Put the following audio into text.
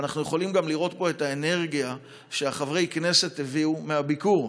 אבל אנחנו גם יכולים לראות פה את האנרגיה שחברי הכנסת הביאו מהביקור.